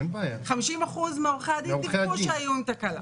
50% מעורכי הדין דיווחו שהיו עם תקלה.